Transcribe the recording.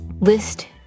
List